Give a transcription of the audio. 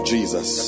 Jesus